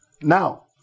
Now